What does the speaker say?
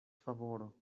favoro